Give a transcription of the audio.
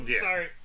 Sorry